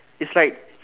it's like